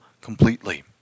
completely